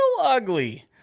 ugly